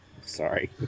Sorry